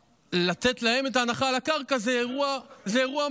לתת להם את ההנחה על הקרקע זה אירוע מז'ורי,